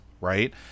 right